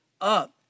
up